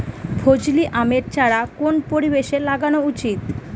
ফজলি আমের চারা কোন পরিবেশে লাগানো উচিৎ?